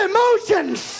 emotions